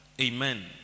Amen